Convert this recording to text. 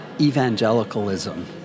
evangelicalism